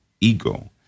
ego